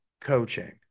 coaching